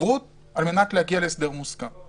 הידברות על מנת להגיע להסדר מוסכם.